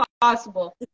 possible